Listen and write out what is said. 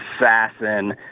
assassin